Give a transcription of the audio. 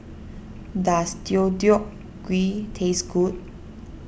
does Deodeok Gui taste good